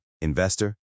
investor